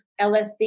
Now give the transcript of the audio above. LSD